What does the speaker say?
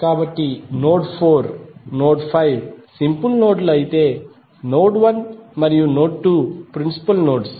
కాబట్టి node 4 node 5 simple node లు అయితే నోడ్ 1 మరియు నోడ్ 2 ప్రిన్సిపుల్ నోడ్స్